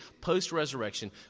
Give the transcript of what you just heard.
post-resurrection